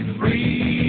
free